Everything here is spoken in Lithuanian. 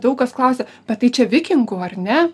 daug kas klausia bet tai čia vikingų ar ne